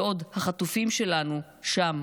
בעוד החטופים שלנו שם